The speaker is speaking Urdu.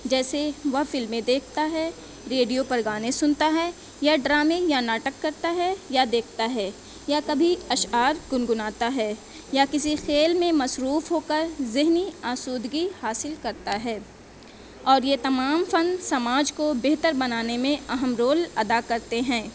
جیسے وہ فلمیں دیکھتا ہے ریڈیو پر گانے سنتا ہے یا ڈرامے یا ناٹک کرتا ہے یا دیکھتا ہے یا کبھی اشعار گنگناتا ہے یا کسی کھیل میں مصروف ہو کر ذہنی آسودگی حاصل کرتا ہے اور یہ تمام فن سماج کو بہتر بنانے میں اہم رول ادا کرتے ہیں